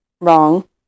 Wrong